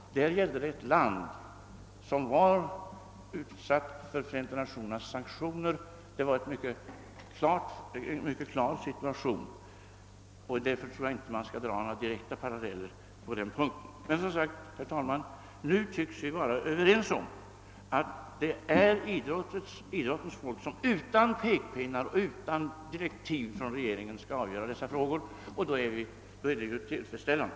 Där gällde det ett land som var utsatt för Förenta Nationernas sanktioner — det var en mycket klar situation. Jag anser alltså att man inte skall dra några direkta paralleller på den punkten. Men som sagt: Nu tycks vi vara överens om att det är idrottens folk som utan pekpinnar och utan direktiv från regeringen skall avgöra dessa frågor, och då är det ju tillfredsställande.